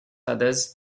others